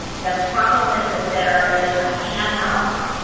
the problem is if there is a handoff,